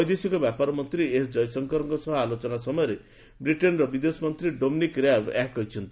ବୈଦେଶିକ ବ୍ୟାପାର ମନ୍ତ୍ରୀ ଏସ୍ ଜୟଶଙ୍କରଙ୍କ ସହ ଆଲୋଚନା ସମୟରେ ବ୍ରିଟେନ୍ର ବିଦେଶ ମନ୍ତ୍ରୀ ଡୋମିନିକ୍ ର୍ୟାବ୍ ଏହା ସ୍ୱଷ୍ଟ କରିଛନ୍ତି